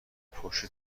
پشت